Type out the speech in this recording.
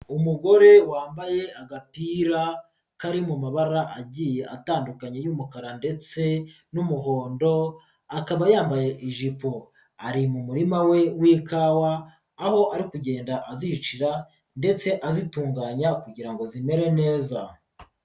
Umugore wambaye agapira kari mu mabara agiye atandukanye y'umukara ndetse n'umuhondo, akaba yambaye ijipo, ari mu murima we w'ikawa aho ari kugenda azicira ndetse azitunganya kugira ngo zimere neza.